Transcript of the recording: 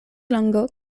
lango